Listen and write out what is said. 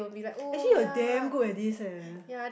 actually you're damn good at this eh